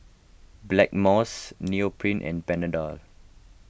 Blackmores Nepro and Panadol